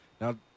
Now